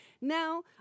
Now